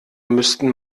müssten